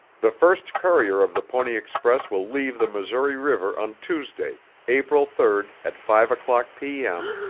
the first courier of the pony express will leave the missouri river on tuesday april third at five o'clock p. m.